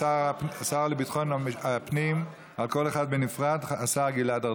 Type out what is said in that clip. שר הביטחון רואה בי מחבל